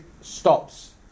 stops